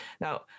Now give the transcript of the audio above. Now